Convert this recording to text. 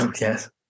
Yes